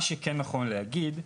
מה שכן נכון להגיד,